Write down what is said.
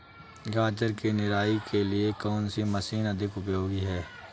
गाजर की निराई के लिए कौन सी मशीन अधिक उपयोगी है?